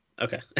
Okay